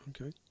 Okay